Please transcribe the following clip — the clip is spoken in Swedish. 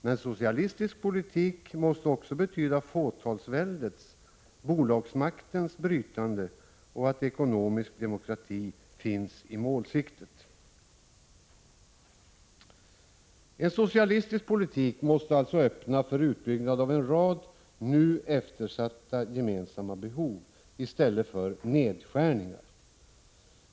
Men socialistisk politik måste också betyda brytande av fåtalsväldets och bolagens makt och att ekonomisk demokrati finns som siktmärke. En socialistisk politik måste alltså öppna för utbyggnad inom områden där det finns en rad nu eftersatta, gemensamma behov i stället för att genomföra nedskärningar.